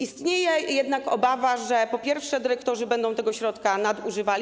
Istnieje jednak obawa, że, po pierwsze, dyrektorzy będą tego środka nadużywali.